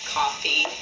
coffee